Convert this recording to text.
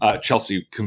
Chelsea